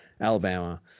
Alabama